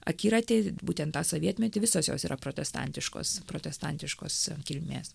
akiratį būtent tą sovietmetį visos jos yra protestantiškos protestantiškos kilmės